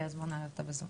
אז בואו נעלה אותה.